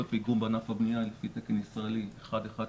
פיגום בענף הבנייה לפי תקן ישראלי 1139,